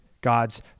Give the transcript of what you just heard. God's